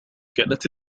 كانت